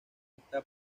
esta